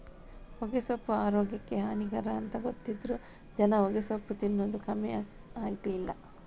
ಹೊಗೆಸೊಪ್ಪು ಆರೋಗ್ಯಕ್ಕೆ ಹಾನಿಕರ ಅಂತ ಗೊತ್ತಿದ್ರೂ ಜನ ಹೊಗೆಸೊಪ್ಪು ತಿನ್ನದು ಕಮ್ಮಿ ಆಗ್ಲಿಲ್ಲ